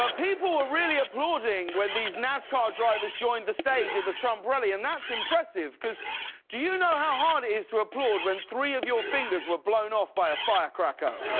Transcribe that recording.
ah people were really applauding when these nascar drivers joined the stage at the trump rally. and that's impressive. do you know how hard it is to applaud when three of your fingers were blown off by a firecracker?